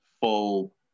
full